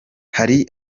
hari